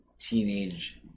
teenage